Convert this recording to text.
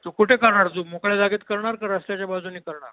तू कुठे करणार तू मोकळ्या जागेत करणार का रस्त्याच्या बाजूनने करणार